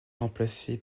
remplacé